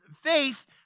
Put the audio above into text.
faith